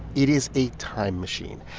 it is a time machine.